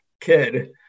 kid